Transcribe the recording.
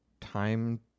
time